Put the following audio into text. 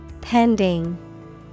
Pending